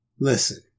listen